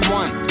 one